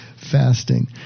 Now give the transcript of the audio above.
fasting